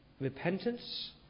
repentance